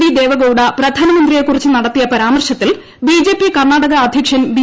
D Deve Gowda പ്രധാനമന്ത്രിയെക്കുറിച്ച് നടത്തിയ പരാമർശത്തിൽ ബിജെപി കർണ്ണാടക അദ്ധ്യക്ഷൻ ബി